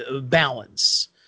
balance